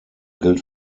gilt